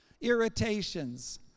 irritations